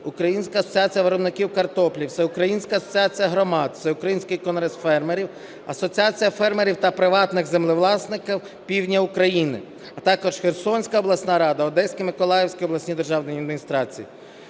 Українська асоціація виробників картоплі, Всеукраїнська асоціація громад, Всеукраїнський конгрес фермерів, Асоціація фермерів та приватних землевласників Півдня України, а також Херсонська обласна рада, Одеська і Миколаївська обласні державні адміністрації.